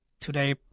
today